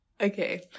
okay